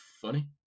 funny